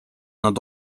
nad